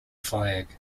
flag